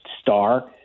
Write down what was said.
star